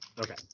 Okay